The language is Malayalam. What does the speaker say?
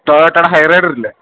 ത തടെ ഹൈറൈഡ് ഇല്ലേ